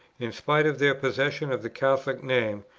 in spite of their possession of the catholic name,